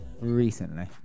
recently